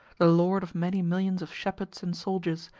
the lord of many millions of shepherds and soldiers,